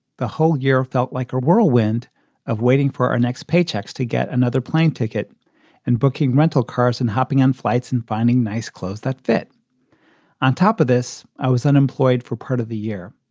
the whole year felt like a whirlwind of waiting for our next paychecks to get another plane ticket and booking rental cars and hopping on flights and finding nice clothes that fit on top of this. i was unemployed for part of the year.